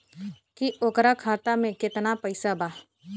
की ओकरा खाता मे कितना पैसा बा?